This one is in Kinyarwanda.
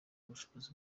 ubushobozi